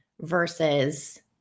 versus